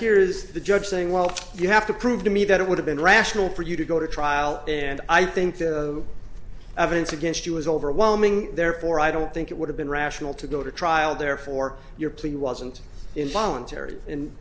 here is the judge saying well you have to prove to me that it would have been rational for you to go to trial and i think the evidence against you was overwhelming therefore i don't think it would have been rational to go to trial therefore your plea wasn't involuntary and